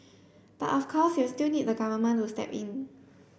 but of course you still need the Government to step in